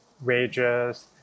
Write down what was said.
wages